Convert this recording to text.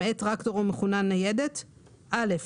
למעט טרקטור או מכונה ניידת - תיקוני